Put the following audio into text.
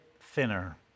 thinner